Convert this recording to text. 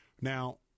Now